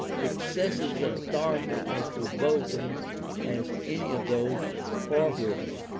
excesses of authority as revolting as any of those for which,